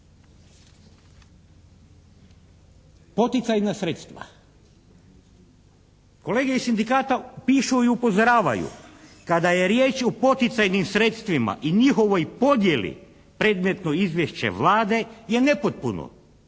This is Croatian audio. Poticajna sredstva. Kolege iz sindikata pišu i upozoravaju kada je riječ o poticajnim sredstvima i njihovoj podjeli predmetno izvješće Vlade je nepotpuno,